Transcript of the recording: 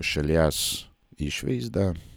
šalies išvaizda